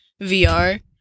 VR